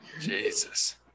Jesus